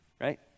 right